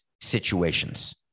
situations